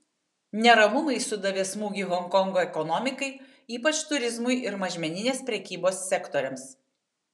neramumai sudavė smūgį honkongo ekonomikai ypač turizmui ir mažmeninės prekybos sektoriams